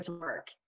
work